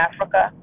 Africa